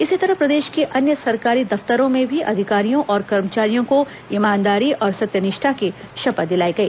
इसी तरह प्रदेश के अन्य सरकारी दफ्तरों में भी अधिकारियों और कर्मचारियों को ईमानदारी और सत्यनिष्ठा के शपथ दिलाई गई